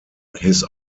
his